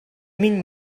mean